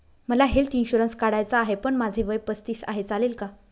मला health insurance काढायचा आहे पण माझे वय पस्तीस आहे, चालेल का?